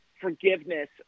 forgiveness